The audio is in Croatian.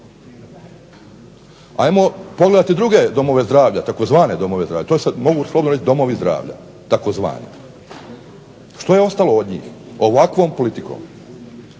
Ajmo pogledati druge domove zdravlja, tzv. domove zdravlja, to sad mogu slobodno reći domovi zdravlja tzv. Što je ostalo od njih ovakvom politikom?